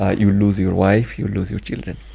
ah you'll lose your wife. you'll lose your children